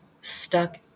stuck